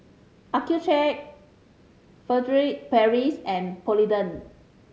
Accucheck Furtere Paris and Polident